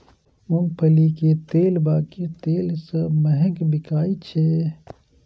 मूंगफली के तेल बाकी तेल सं महग बिकाय छै